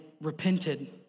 repented